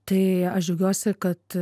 tai aš džiaugiuosi kad